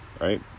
right